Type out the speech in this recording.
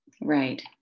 Right